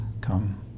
come